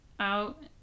out